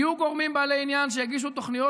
יהיו גורמי בעלי עניין שיגישו תוכניות